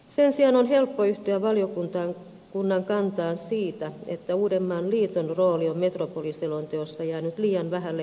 sen sijaan on helppo yhtyä valiokunnan kantaan siitä että uudenmaan liiton rooli on metropoliselonteossa jäänyt liian vähälle huomiolle